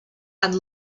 and